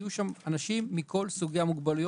יהיו אנשים מכל סוגי המוגבלויות.